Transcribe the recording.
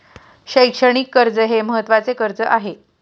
शैक्षणिक कर्ज हे महत्त्वाचे कर्ज आहे